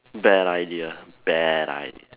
bad an idea bad idea